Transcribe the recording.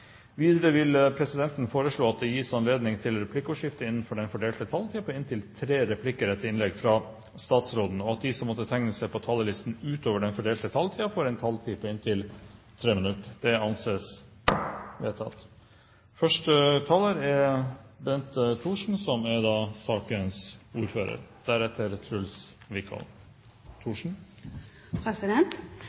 Videre vil presidenten foreslå at det gis anledning til replikkordskifte på inntil tre replikker etter innlegget fra statsråden innenfor den fordelte taletid, og at de som måtte tegne seg på talerlisten utover den fordelte taletid, får en taletid på inntil 3 minutter. – Det anses vedtatt. Jeg lurer på om jeg er